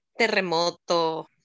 terremoto